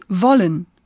wollen